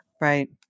Right